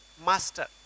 Master